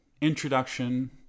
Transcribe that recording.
Introduction